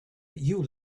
you